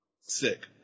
Sick